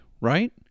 right